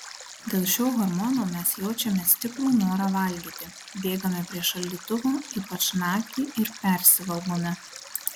dėl šio hormono mes jaučiame stiprų norą valgyti bėgame prie šaldytuvo ypač naktį ir persivalgome